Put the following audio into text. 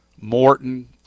Morton